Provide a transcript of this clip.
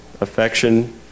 affection